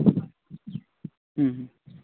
ᱦᱮᱸ